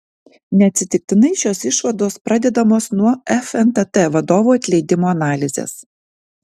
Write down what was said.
neatsitiktinai šios išvados pradedamos nuo fntt vadovų atleidimo analizės